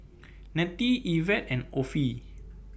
Nettie Evette and Offie